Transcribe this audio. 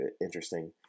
interesting